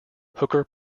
hooker